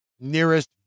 nearest